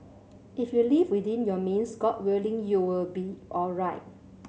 if you live within your means God willing you will be alright